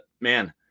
man